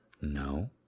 No